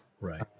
Right